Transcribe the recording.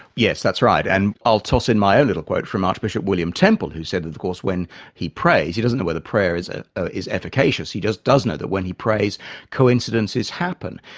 yes, that's right. and i'll toss in my own little quote from archbishop william temple who said that of course that when he prays, he doesn't know whether prayer is ah ah is efficacious he just does know that when he prays coincidences happen.